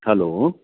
hello